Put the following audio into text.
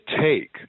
take